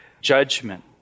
judgment